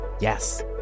Yes